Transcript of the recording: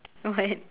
what